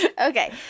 Okay